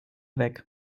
weg